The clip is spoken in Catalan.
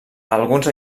alguns